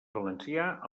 valencià